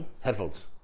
Headphones